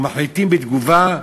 ומחליטים בתגובה,